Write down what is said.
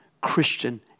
Christian